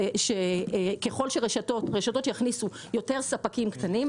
ככל שרשתות יקצו יותר שטחי מדף לספקים קטנים